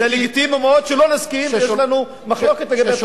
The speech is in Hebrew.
וזה לגיטימי מאוד שלא נסכים ויש לנו מחלוקת לגבי התוכנית של פראוור.